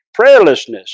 Prayerlessness